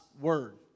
word